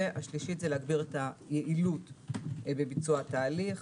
והשלישית היא להגביר את היעילות בביצוע התהליך.